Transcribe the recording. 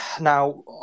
Now